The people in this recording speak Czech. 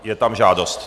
Je tam žádost.